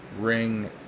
ring